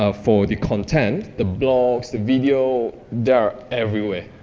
ah afford the content, the blogs, the video, they are everywhere,